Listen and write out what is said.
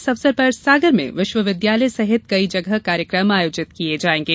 इस अवसर पर सागर में विश्वविद्यालय सहित कई जगह कार्यक्रम आयोजित किये जायेंगे